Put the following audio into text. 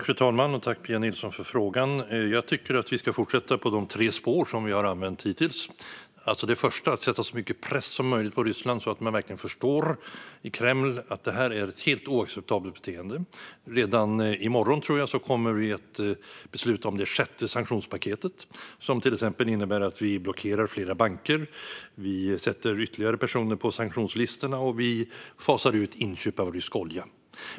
Fru talman! Jag tackar Pia Nilsson för frågan. Jag tycker att vi ska fortsätta på de tre spår vi har använt hittills. Det första spåret är att sätta så mycket press som möjligt på Ryssland så att man i Kreml verkligen förstår att detta är ett helt oacceptabelt beteende. Redan i morgon, tror jag, kommer vi att besluta om det sjätte sanktionspaketet, som till exempel innebär att vi blockerar flera banker, sätter ytterligare personer på sanktionslistorna och fasar ut inköp av rysk olja.